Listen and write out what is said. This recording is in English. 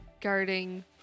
guarding